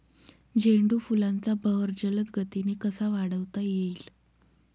झेंडू फुलांचा बहर जलद गतीने कसा वाढवता येईल?